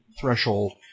Threshold